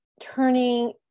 turning